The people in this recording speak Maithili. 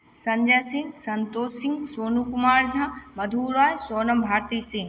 सञ्जय सिंह सन्तोष सिंह सोनू कुमार झा मधु रॉय सोनम भारती सिंह